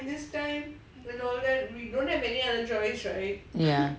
ya